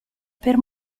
per